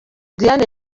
diane